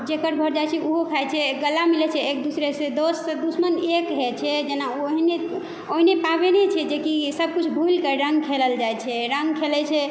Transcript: जकर घर जाइ छियै ओहो खाइ छै गला मिलै छै एक दूसरा सऽ दोस्त से दुश्मन एक होइ छै जेना ओहने ओहने पावनिये छै जे कि सब किछु भुलि कऽ रङ्ग खेलल जाइ छै रङ्ग खेलै छै